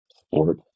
sport